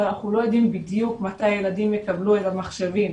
אבל אנחנו לא יודעים בדיוק מתי הילדים יקבלו את המחשבים.